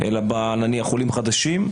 אלא נניח עולים חדשים,